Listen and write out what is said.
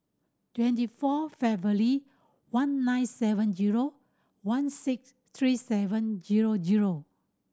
twenty four February one nine seven zero one six three seven zero zero